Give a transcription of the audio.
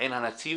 עין הנצי"ב.